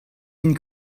int